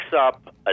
up